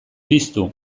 piztu